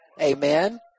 Amen